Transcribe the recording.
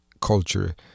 culture